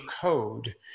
code